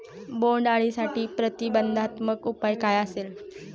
बोंडअळीसाठी प्रतिबंधात्मक उपाय काय आहेत?